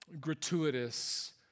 gratuitous